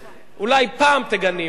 אולי פעם תגני, אולי.